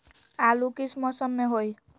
आलू किस मौसम में होई?